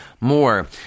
more